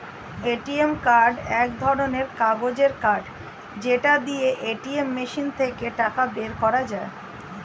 ATM card এক ধরণের কাগজের কার্ড যেটা দিয়ে এটিএম মেশিন থেকে টাকা বের করা যায়